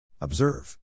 Observe